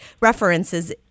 references